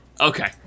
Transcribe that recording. Okay